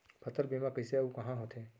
फसल बीमा कइसे अऊ कहाँ होथे?